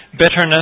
bitterness